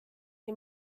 nii